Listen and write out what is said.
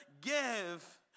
Give